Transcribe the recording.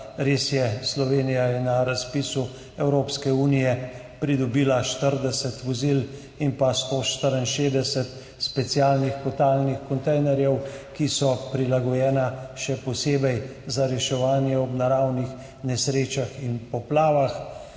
res je, Slovenija je na razpisu Evropske unije pridobila 40 vozil in 164 specialnih kotalnih kontejnerjev, ki so še posebej prilagojeni za reševanje ob naravnih nesrečah in poplavah.